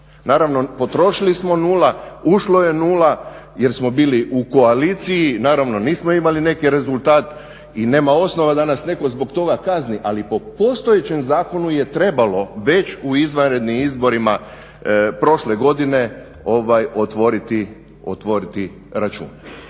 Naravno potrošili smo nula, ušlo je nula jer smo bili u koaliciji, naravno nismo imali neki rezultat i nema osnova da nas netko zbog toga kazni, ali po postojećem zakonu je trebalo već u izvanrednim izborima prošle godine ovaj otvoriti račun.